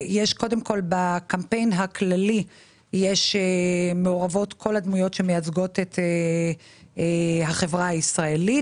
בקמפיין הכללי מעורבות כל הדמויות שמייצגות את החברה הישראלית.